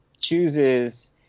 chooses